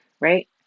right